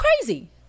Crazy